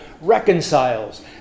reconciles